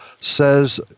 says